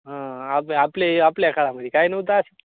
हां आप आपले आपल्या काळामध्ये काय नव्हतं आस्